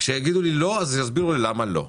כשיגידו לי לא אז יסבירו לי למה לא,